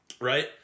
right